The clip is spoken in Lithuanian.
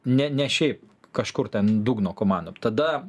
ne ne šiaip kažkur ten dugno komandom tada